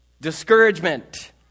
Discouragement